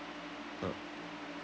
uh